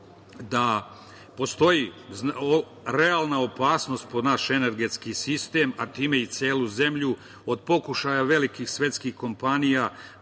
da postoji realna opasnost po naš energetski sistem, a time i celu zemlju od pokušaja velikih svetskih kompanija